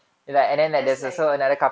there's like